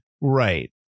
right